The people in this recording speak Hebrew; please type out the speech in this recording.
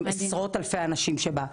עם עשרות אלפי האנשים שבה,